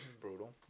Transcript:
Brutal